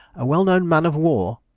a well known man of war?